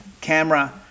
camera